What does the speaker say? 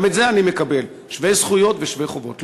גם את זה אני מקבל: שווי זכויות ושווי חובות.